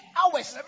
hours